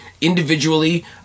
Individually